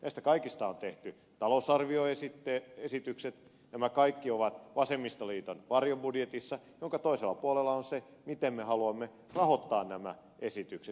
näistä kaikista on tehty talousarvioesitykset nämä kaikki ovat vasemmistoliiton varjobudjetissa jonka toisella puolella on se miten me haluamme rahoittaa nämä esitykset